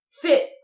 fit